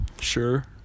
sure